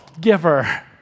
giver